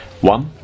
One